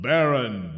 Baron